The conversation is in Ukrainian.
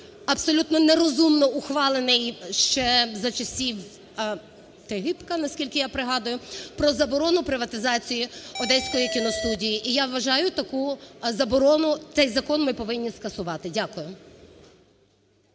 абсолютно нерозумно ухвалений ще за часів Тігіпка, наскільки я пригадую, про заборону приватизації Одеської кіностудії. І я вважаю таку заборону… цей закон ми повинні скасувати. Дякую.